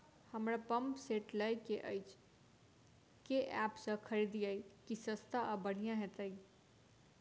हमरा pump set लय केँ अछि केँ ऐप सँ खरिदियै की सस्ता आ बढ़िया हेतइ?